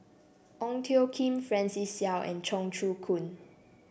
Ong Tjoe Kim Francis Seow and Cheong Choong Kong